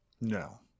No